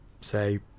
say